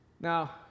Now